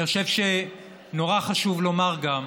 אני חושב שנורא חשוב לומר גם,